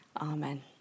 amen